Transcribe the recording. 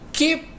keep